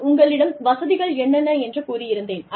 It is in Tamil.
நான் உங்களிடம் வசதிகள் என்னென்ன என்று கூறியிருந்தேன்